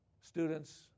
Students